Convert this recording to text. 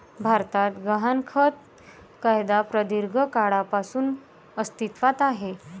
भारतात गहाणखत कायदा प्रदीर्घ काळापासून अस्तित्वात आहे